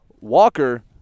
Walker